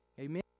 Amen